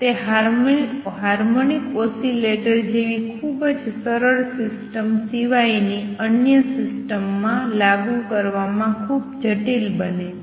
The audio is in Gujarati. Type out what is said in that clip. તે હાર્મોનિક ઓસિલેટર જેવી ખૂબ સરળ સિસ્ટમ સિવાયની અન્ય સિસ્ટમ્સ માં લાગુ કરવામાં ખૂબ જટિલ બને છે